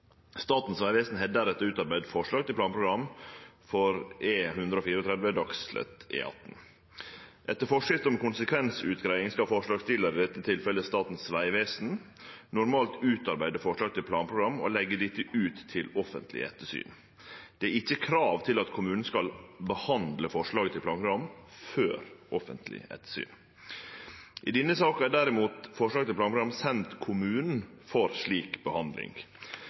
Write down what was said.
har deretter utarbeidd forslag til planprogram for E134 Dagslett–E18. Etter forskrift om konsekvensutgreiing skal forslagsstillar, i dette tilfellet Statens vegvesen, normalt utarbeide forslag til planprogram og leggje dette ut til offentleg ettersyn. Det er ikkje krav til at kommunen skal behandle forslaget til planprogram før offentleg ettersyn. I denne saka er derimot forslag til planprogram sendt kommunen for slik behandling.